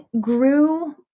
grew